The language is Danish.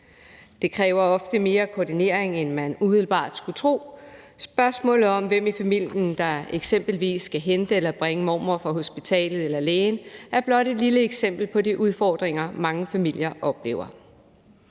Det kræver ofte mere koordinering, end man umiddelbart skulle tro. Spørgsmålet om, hvem i familien der eksempelvis skal hente eller bringe mormor fra hospitalet eller lægen, er blot et lille eksempel på de udfordringer, mange familier oplever.